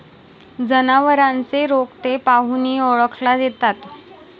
जनावरांचे रोग ते पाहूनही ओळखता येतात